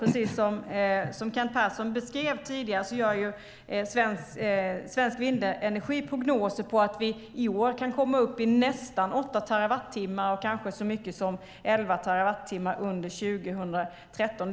Precis som Kent Persson beskrev tidigare gör Svensk Vindenergi prognoser om att vi i år kan komma upp i nästan åtta terawattimmar och kanske så mycket som elva terawattimmar under 2013.